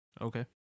Okay